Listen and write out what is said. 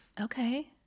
Okay